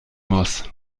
muss